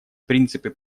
принципы